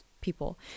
people